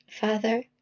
Father